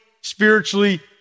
spiritually